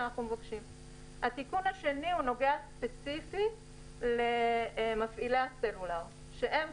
התיקון השני נוגע ספציפית למפעילי הסלולר שהם,